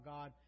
God